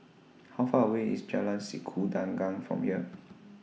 How Far away IS Jalan Sikudangan from here